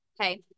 Okay